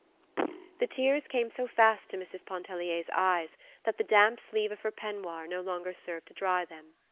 the tears came so fast to mrs. pontellier's eyes that the damp sleeve of her peignoir no longer served to dry them.